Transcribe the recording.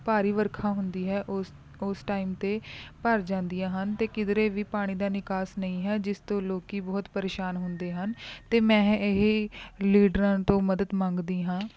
ਭਾਰੀ ਵਰਖਾ ਹੁੰਦੀ ਹੈ ਉਸ ਉਸ ਟਾਈਮ ਅਤੇ ਭਰ ਜਾਂਦੀਆਂ ਹਨ ਅਤੇ ਕਿਧਰੇ ਵੀ ਪਾਣੀ ਦਾ ਨਿਕਾਸ ਨਹੀਂ ਹੈ ਜਿਸ ਤੋਂ ਲੋਕ ਬਹੁਤ ਪਰੇਸ਼ਾਨ ਹੁੰਦੇ ਹਨ ਅਤੇ ਮੈਂ ਇਹੀ ਲੀਡਰਾਂ ਤੋਂ ਮਦਦ ਮੰਗਦੀ ਹਾਂ